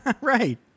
right